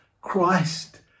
Christ